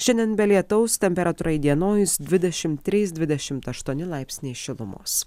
šiandien be lietaus temperatūra įdienojus dvidešimt trys dvidešimt aštuoni laipsniai šilumos